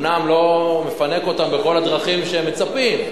שאומנם לא מפנק אותם בכל הדרכים שהם מצפים,